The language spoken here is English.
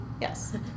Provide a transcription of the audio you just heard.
Yes